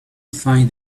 find